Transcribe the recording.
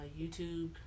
YouTube